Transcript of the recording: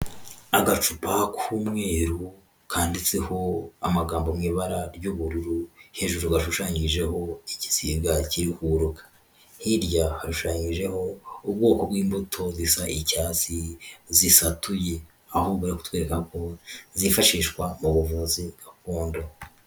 Agacupa k'umweru kanditseho amagambo mu ibara ry'ubururu, hejuru gashushanyijeho igisiga kiri kugutuka, hirya, hashushanyijeho ubwoko bw'imbuto zisa icyatsi zisatuye, aho bari kitwereka ko zifashishwa mu buvuzi gakondo.